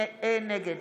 נגד